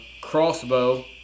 Crossbow